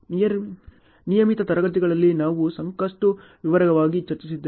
ನಿಯಮಿತ ತರಗತಿಯಲ್ಲಿ ನಾವು ಸಾಕಷ್ಟು ವಿವರವಾಗಿ ಚರ್ಚಿಸಿದ್ದೇವೆ